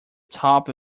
top